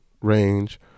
range